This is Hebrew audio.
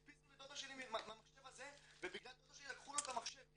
הדפיסו לדודה שלי מהמחשב הזה ובגלל דודה שלי לקחו לו את המחשב כי